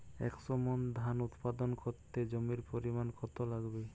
একশো মন ধান উৎপাদন করতে জমির পরিমাণ কত লাগবে?